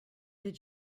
did